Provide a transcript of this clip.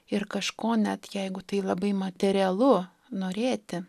ir kažko net jeigu tai labai materialu norėti